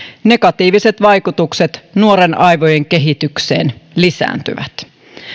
negatiiviset vaikutukset nuoren aivojen kehitykseen lisääntyvät